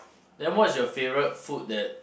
then what's your favourite food that